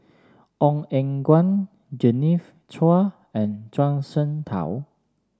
Ong Eng Guan Genevieve Chua and Zhuang Shengtao